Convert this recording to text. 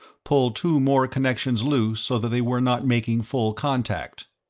pulled two more connections loose so that they were not making full contact.